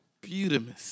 Beautiful